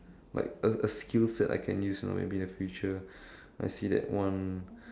like a a skill set I can use you know maybe in the future I see like one